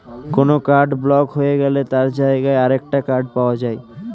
কোনো card block হয়ে গেলে তার জায়গায় আরেকটা কার্ড পাওয়া যায়